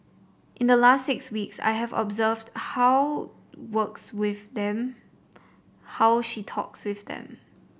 in the last six weeks I have observed how works with them how she talks with them